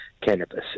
cannabis